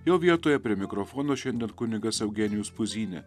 jo vietoje prie mikrofono šiandien kunigas eugenijus puzynė